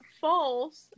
false